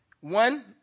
One